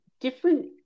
different